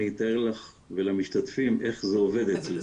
אני אתאר לך ולמשתתפים איך זה עובד אצלנו.